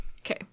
Okay